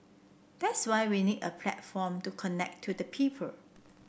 that's why we need a platform to connect to the people